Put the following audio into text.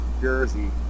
Jersey